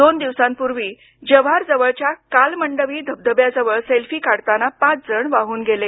दोन दिवसांपूर्वी जव्हार जवळच्या कालमंडवी धबधब्याजवळ सेल्फी काढताना पाच जण वाहून गेले